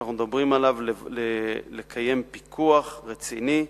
שאנחנו מדברים עליו, לקיים פיקוח רציני.